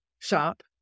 shop